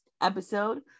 episode